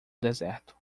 deserto